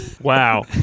Wow